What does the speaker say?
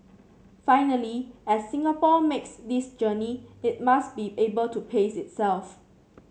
finally as Singapore makes this journey it must be able to pace itself